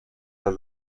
las